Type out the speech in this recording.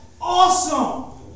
awesome